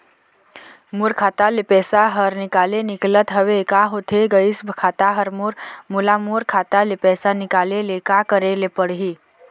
मोर खाता ले पैसा हर निकाले निकलत हवे, का होथे गइस खाता हर मोर, मोला मोर खाता ले पैसा निकाले ले का करे ले पड़ही?